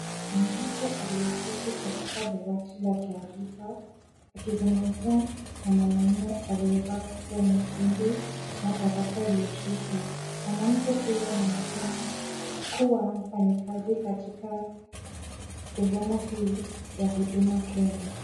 Mwanamke aliye keti katika dawati la taarifa, akizungumza na mwanamme aliyevaa kofia nyekundu na barakoa iliyoshushwa. Mwanamke huyo anaonekana kuwa mfanyakazi katika sehemu hii ya huduma Kenya.